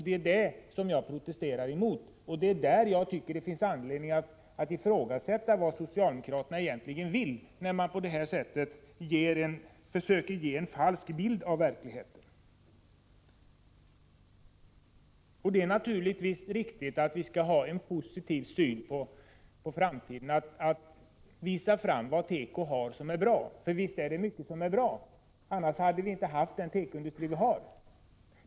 Det är detta jag protesterar emot, och det är där jag tycker det finns anledning att ifrågasätta vad socialdemokraterna egentligen vill när de på detta sätt försöker ge en falsk bild av verkligheten. Det är naturligtvis riktigt att vi skall ha en positiv syn på framtiden och tala om vad som är bra inom tekoindustrin, för visst är det mycket som är bra. Annars hade vi inte haft den tekoindustri vi har.